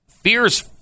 fears